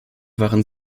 waren